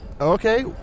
Okay